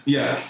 Yes